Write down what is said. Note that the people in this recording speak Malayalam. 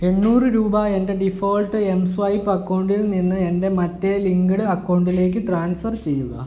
എണ്ണൂറ് രൂപ എൻ്റെ ഡിഫോൾട്ട് എം സ്വൈപ്പ് അക്കൗണ്ടിൽ നിന്ന് എൻ്റെ മറ്റേ ലിങ്ക്ഡ് അക്കൗണ്ടിലേക്ക് ട്രാൻസ്ഫർ ചെയ്യുക